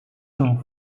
政府